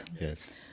yes